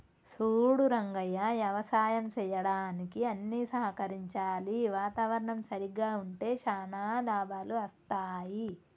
సూడు రంగయ్య యవసాయం సెయ్యడానికి అన్ని సహకరించాలి వాతావరణం సరిగ్గా ఉంటే శానా లాభాలు అస్తాయి